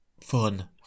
fun